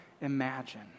imagine